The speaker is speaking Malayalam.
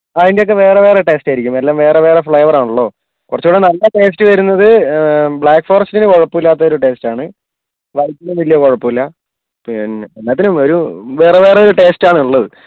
അതിൻ്റെ ഒക്കെ വേറെ വേറെ ടേസ്റ്റ് ആയിരിക്കും എല്ലാം വേറെ വേറെ ഫ്ളെവർ ആണല്ലോ കുറച്ചും കൂടെ നല്ല ടേസ്റ്റ് വരുന്നത് ബ്ലാക്ക് ഫോറെസ്റ്റിന് കുഴപ്പം ഇല്ലാത്തൊരു ടേസ്റ്റ് ആണ് വൈറ്റിനും വലിയ കുഴപ്പമില്ല പിന്നെ എല്ലാത്തിനും ഒരു വേറെ വേറെ ടേസ്റ്റ് ആണ് ഉള്ളത്